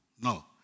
No